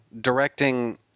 directing